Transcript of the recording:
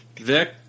Vic